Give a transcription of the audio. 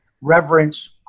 reverence